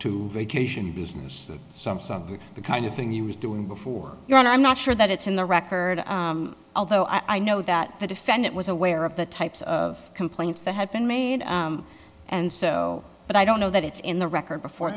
two vacation business that some some of the kind of thing he was doing before you're on i'm not sure that it's in the record although i know that the defendant was aware of the types of complaints that had been made and so but i don't know that it's in the record before